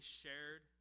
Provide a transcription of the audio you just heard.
shared